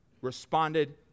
responded